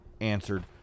answered